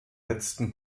letzten